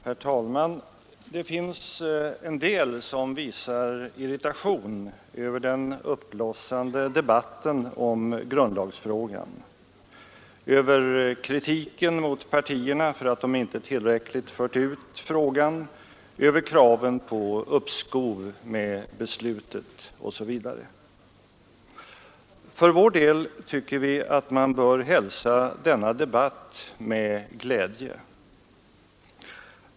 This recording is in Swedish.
Herr talman! Det finns en del som visar irritation över den uppblossande debatten om grundlagsfrågan, över kritiken mot partierna för att de inte tillräckligt fört ut frågan, över kraven på uppskov med beslutet osv. För vår del tycker vi att man bör hälsa denna debatt med glädje.